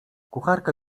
kucharka